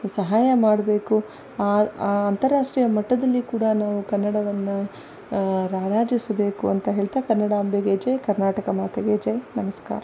ಸಹಾಯ ಮಾಡಬೇಕು ಅಂತಾರಾಷ್ಟ್ರೀಯ ಮಟ್ಟದಲ್ಲಿ ಕೂಡ ನಾವು ಕನ್ನಡವನ್ನು ರಾರಾಜಿಸಬೇಕು ಅಂತ ಹೇಳ್ತಾ ಕನ್ನಡಾಂಬೆಗೆ ಜೈ ಕರ್ನಾಟಕ ಮಾತೆಗೆ ಜೈ ನಮಸ್ಕಾರ